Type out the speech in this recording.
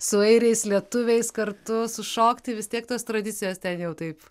su airiais lietuviais kartu sušokti vis tiek tos tradicijos ten jau taip